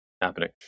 happening